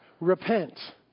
repent